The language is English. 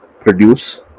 produce